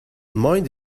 mind